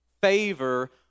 Favor